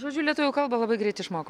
žodžiu lietuvių kalbą labai greit išmoko